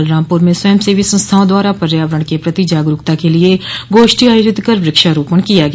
बलरामपुर में स्वयं सेवी संस्थाओं द्वारा पर्यावरण के प्रति जागरूकता के लिए गोष्ठी आयोजित कर वृक्षारोपण किया गया